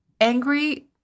angry